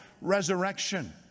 resurrection